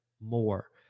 more